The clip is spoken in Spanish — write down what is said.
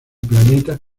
planeta